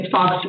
Fox